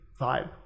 vibe